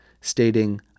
Stating